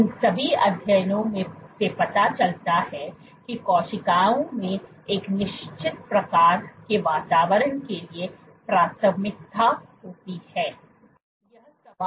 इन सभी अध्ययनों से पता चलता है कि कोशिकाओं में एक निश्चित प्रकार के वातावरण के लिए प्राथमिकता होती है